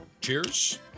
cheers